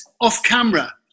off-camera